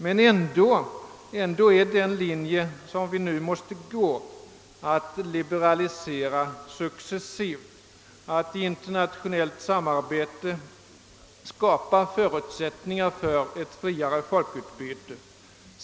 Men ändå är den väg som vi nu måste gå att liberalisera utlänningspolitiken successivt, att i internationellt samarbete skapa förutsättningar för ett friare folkutbyte.